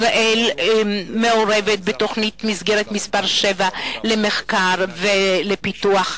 ישראל מעורבת בתוכנית המסגרת השביעית האירופית למחקר ולפיתוח.